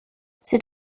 c’est